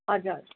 हजुर